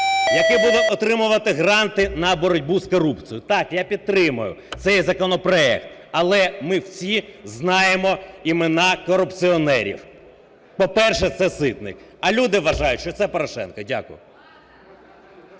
які будуть отримувати гранти на боротьбу з корупцією. Так, я підтримаю цей законопроект. Але ми всі знаємо імена корупціонерів. По-перше, це Ситник. А люди вважають, що це Порошенко. Дякую.